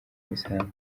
bisanzwe